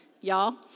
y'all